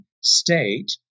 state